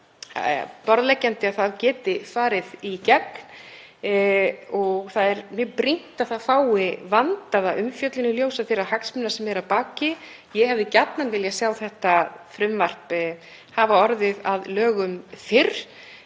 sýnist borðleggjandi að það geti farið í gegn og mjög brýnt að það fái vandaða umfjöllun í ljósi þeirra hagsmuna sem eru að baki. Ég hefði gjarnan viljað sjá frumvarpið hafa orðið að lögum fyrr